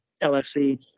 LFC